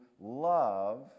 love